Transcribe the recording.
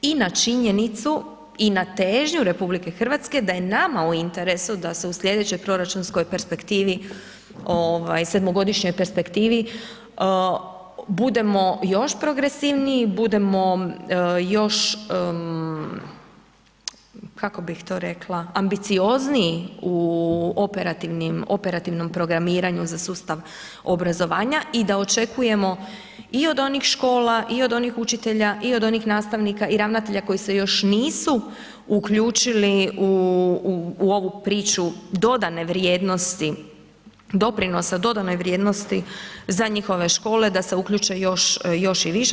I na činjenicu i na težnju RH da je nama u interesu da se u slijedećoj proračunskoj perspektivi, ovaj sedmogodišnjoj perspektivi budemo još progresivniji, budemo još kako bih to rekla ambiciozniji u operativnim, operativnom programiranju za sustav obrazovanja i da očekujemo i od onih škola i od onih učitelja i od onih nastavnika i ravnatelja koji se još nisu uključili u ovu priču dodane vrijednosti, doprinosa dodane vrijednosti za njihove škole da se uključe još i više.